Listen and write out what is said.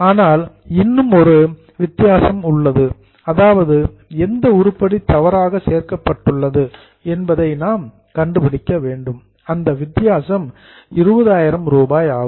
ஆனால் இன்னும் ஒரு டிஃபரன்ஸ் வித்தியாசம் உள்ளது அதாவது எந்த உருப்படி தவறாக சேர்க்கப்பட்டுள்ளது என்பதை நாம் கண்டுபிடிக்க வேண்டும் அந்த வித்தியாசம் என்பது 20000 ஆகும்